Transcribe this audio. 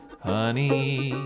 honey